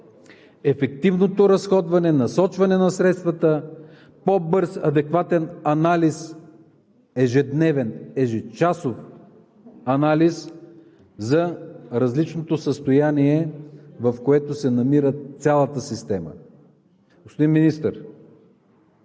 ефективното разходване, насочване на средствата, по-бърз адекватен анализ – ежедневен, ежечасов, за различното състояние, в което се намира цялата система.